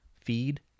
feed